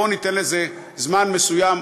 בואו ניתן לזה זמן מסוים,